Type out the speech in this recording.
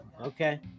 okay